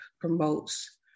promotes